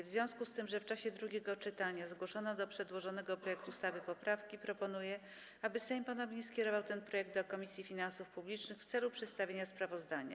W związku z tym, że w czasie drugiego czytania zgłoszono do przedłożonego projektu ustawy poprawki, proponuję, aby Sejm ponownie skierował ten projekt do Komisji Finansów Publicznych w celu przedstawienia sprawozdania.